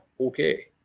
okay